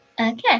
Okay